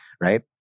right